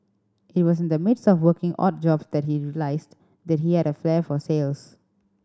it was in the midst of working odd jobs that he realised that he had a flair for sales